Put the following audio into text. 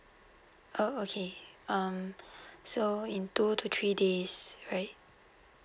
oh okay um so in two to three days right